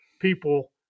people